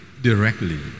directly